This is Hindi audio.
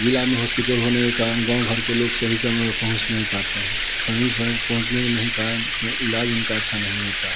ज़िले में हॉस्पिटल होने के कारण गाँव घर के लोग सही समय पहुँच नहीं पाते हैं सभी सब पहुँचने नहीं कारण से इलाज उनका अच्छा नहीं होता है